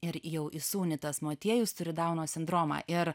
ir jau įsūnytas motiejus turi dauno sindromą ir